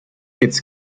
its